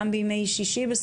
גם בימי שישי.